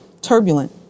turbulent